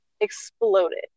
exploded